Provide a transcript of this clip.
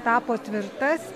tapo tvirtas